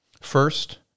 First